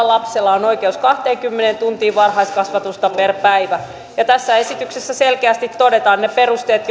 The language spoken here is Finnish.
lapsella on oikeus kahteenkymmeneen tuntiin varhaiskasvatusta per viikko ja tässä esityksessä selkeästi todetaan ne perusteet